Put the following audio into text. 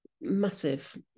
massive